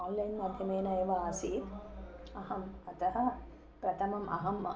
online माध्यमेन एव आसीत् अहम् अतः प्रथमम् अहम्